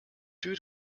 due